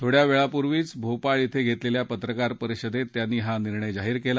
थोड्यावेळापूर्वी भोपाळ इथं घेतलेल्या पत्रकार परिषदेत त्यांनी हा निर्णय जाहीर केला